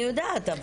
אני יודעת.